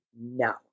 No